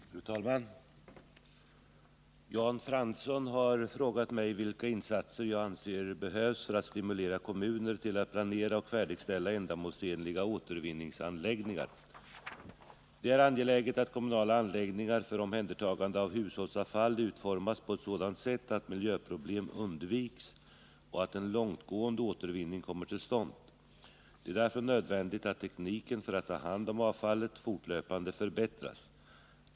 Fru talman! Jan Fransson har frågat mig vilka insatser jag anser behövs för att stimulera kommuner till att planera och färdigställa ändamålsenliga återvinningsanläggningar. Det är angeläget att kommunala anläggningar för omhändertagande av hushållsavfall utformas på ett sådant sätt att miljöproblem undviks och att en långtgående återvinning kommer till stånd. Det är därför nödvändigt att tekniken för att ta hand om avfallet fortlöpande förbättras.